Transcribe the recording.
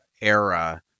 era